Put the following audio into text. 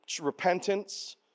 repentance